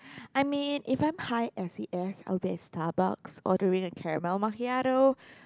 I mean if I'm high S_E_S I'll be at Starbucks ordering a caramel macchiato